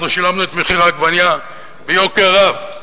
ואנחנו שילמנו את מחיר העגבנייה ביוקר רב.